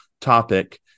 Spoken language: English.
topic